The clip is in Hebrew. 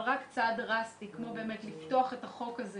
אבל רק צעד דרסטי של פתיחת החוק הזה